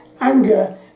anger